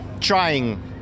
trying